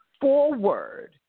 forward